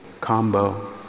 combo